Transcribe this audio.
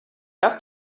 have